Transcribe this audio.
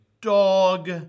dog